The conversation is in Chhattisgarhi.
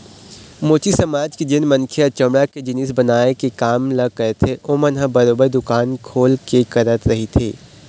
मोची समाज के जेन मनखे ह चमड़ा के जिनिस बनाए के काम ल करथे ओमन ह बरोबर दुकान खोल के करत रहिथे